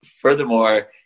Furthermore